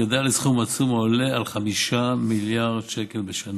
גדל לסכום עצום העולה על 5 מיליארד שקל בשנה,